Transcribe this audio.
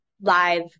live